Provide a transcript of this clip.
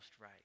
right